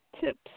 tips